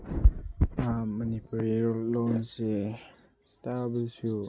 ꯃꯅꯤꯄꯨꯔꯤ ꯂꯣꯟꯁꯦ ꯇꯥꯕꯗꯁꯨ